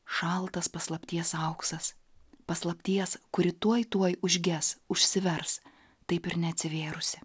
šaltas paslapties auksas paslapties kuri tuoj tuoj užges užsivers taip ir neatsivėrusi